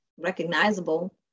recognizable